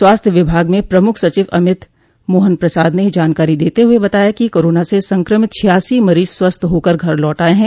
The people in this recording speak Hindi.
स्वास्थ्य विभाग में प्रमुख सचिव अमित मोहन प्रसाद ने यह जानकारी देते हुए बताया कि कोरोना से संक्रमित छियासी मरीज स्वस्थ होकर घर लौट आये हैं